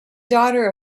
daughter